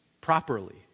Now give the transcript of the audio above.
properly